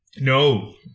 No